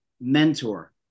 mentor